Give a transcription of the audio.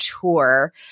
tour